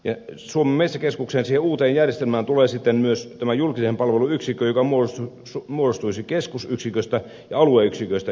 suomen metsäkeskukseen siihen uuteen järjestelmään tulee sitten myös tämä julkisen palvelun yksikkö joka muodostuisi keskusyksiköstä ja alueyksiköstä